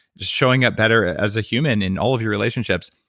just showing up better as a human in all of your relationships,